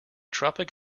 tropic